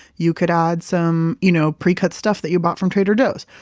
you could add some you know pre-cut stuff that you bought from trader joe's.